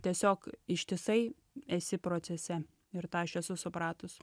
tiesiog ištisai esi procese ir tą aš esu supratus